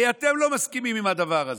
הרי אתם לא מסכימים עם הדבר הזה.